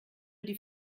die